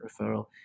referral